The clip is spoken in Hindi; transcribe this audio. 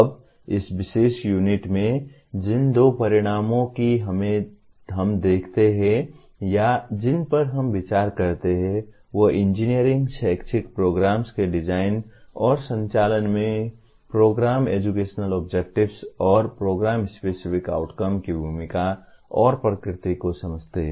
अब इस विशेष यूनिट में जिन दो परिणामों को हम देखते हैं या जिन पर हम विचार करते हैं वे इंजीनियरिंग शैक्षिक प्रोग्राम्स के डिजाइन और संचालन में प्रोग्राम एजुकेशनल ऑब्जेक्टिव्स और प्रोग्राम स्पेसिफिक आउटकम की भूमिका और प्रकृति को समझते हैं